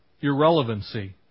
irrelevancy